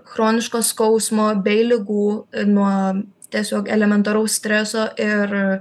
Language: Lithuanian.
chroniško skausmo bei ligų nuo tiesiog elementaraus streso ir